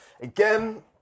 Again